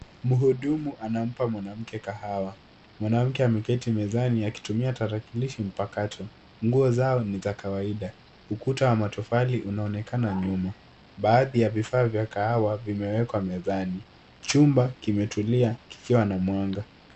Mhudumu anampa mwanamke kahawa. Mwanamke ameketi mezani akitumia tarakilishi mpakato. Nguo zao ni za kawaida. Ukuta wa matofali unaonekana nyuma. Baadhi ya vifaa vya kahawa vimewekwa mezani. Chumba kimetulia kikiwa na mwanga.